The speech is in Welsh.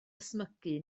ysmygu